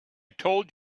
told